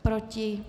Proti?